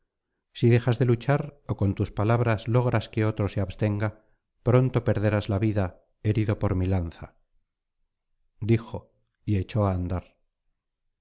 si dejas de luchar ó con tus palabras logras que otro se abstenga pronto perderás la vida herido por mi lanza dijo y echó á andar